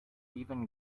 even